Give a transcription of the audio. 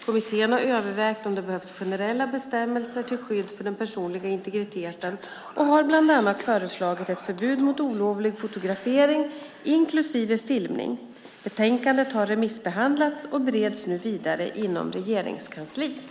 Kommittén har övervägt om det behövs generella bestämmelser till skydd för den personliga integriteten och har bland annat föreslagit ett förbud mot olovlig fotografering, inklusive filmning. Betänkandet har remissbehandlats och bereds nu vidare inom Regeringskansliet.